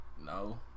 No